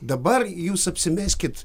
dabar jūs apsimeskit